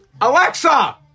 Alexa